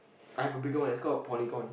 I have a bigger one it's called a polygon